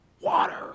water